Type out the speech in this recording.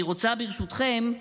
אני רוצה, ברשותכם,